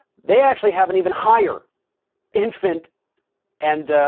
they actually haven't even higher infant and a